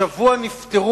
השבוע נפטרו